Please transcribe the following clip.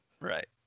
right